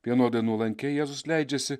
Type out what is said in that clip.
vienodai nuolankiai jėzus leidžiasi